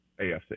AFC